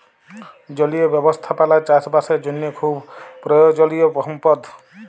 জলীয় ব্যবস্থাপালা চাষ বাসের জ্যনহে খুব পরয়োজলিয় সম্পদ